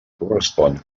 correspon